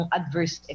adverse